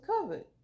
covered